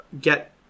get